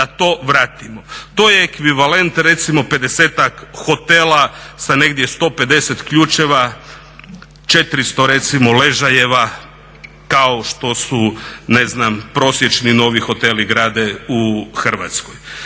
da to vratimo. To je ekvivalent recimo pedesetak hotela sa negdje 150 ključeva, 400 recimo ležajeva kao što se prosječno novi hoteli grade u Hrvatskoj.